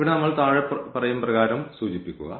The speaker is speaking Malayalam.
ഇവിടെ നമ്മൾ താഴെ പറയും പ്രകാരം സൂചിപ്പിക്കുക